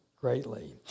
greatly